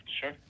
sure